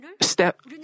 step